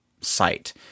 site